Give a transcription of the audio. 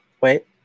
wait